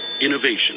Innovation